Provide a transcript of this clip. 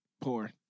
Porn